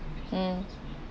mm